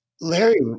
Larry